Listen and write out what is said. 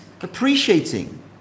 appreciating